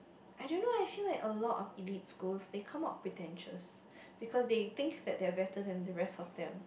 I don't know I feel like a lot of elite schools they come out pretentious because they think that they are better than the rest of them